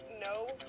No